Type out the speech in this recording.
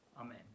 Amen